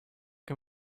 can